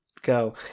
go